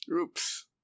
Oops